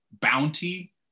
bounty